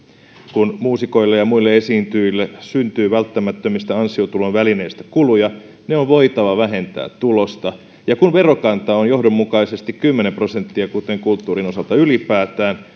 kun muusikoille ja muille esiintyjille syntyy välttämättömistä ansiotulon välineistä kuluja ne on voitava vähentää tulosta ja kun verokanta on johdonmukaisesti kymmenen prosenttia kuten kulttuurin osalta ylipäätään